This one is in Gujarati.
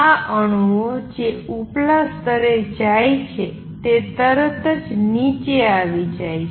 આ અણુઓ જે ઉપલા સ્તરે જાય છે તે તરત જ નીચે આવી જાય છે